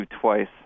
twice